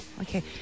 Okay